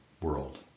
world